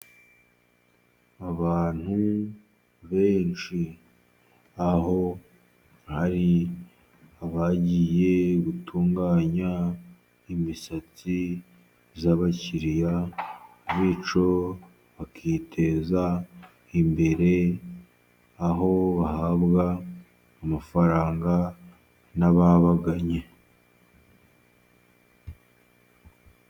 Abantu benshi aho hari abagiye gutunganya imisatsi y'abakiriya, bityo bakiteza imbere aho bahabwa amafaranga n'ababagannye.